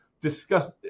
discuss –